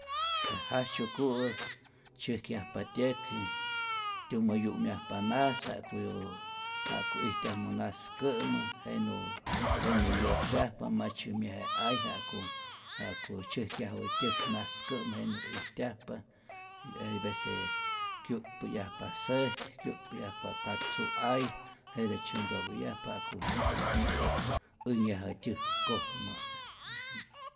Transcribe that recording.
Je jajtzyuku'ä tzyäjkyajpa tyäk, tyumä yu'myajpa nas ja'ku ja'ku ijtyajumä naskä'mä, jenä jenä yosyajpa, ma tzyämyaje ay ja'ku ja'ku tzyäjkyaju tyäk naskä'mä, jenä ijtyajpa y hay vece kyu'tpäyajpa säk, kyu'tpäyajpa katzu ay, jete tzyampapäyajpa ja'ku musu änhyajä tyäjkojmä.